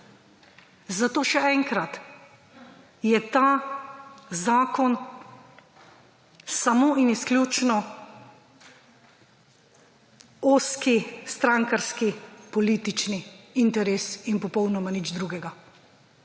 Zato še enkrat je ta zakon samo in izključno ozki strankarski politični interes in popolnoma nič drugega.